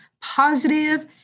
positive